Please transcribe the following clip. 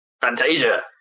Fantasia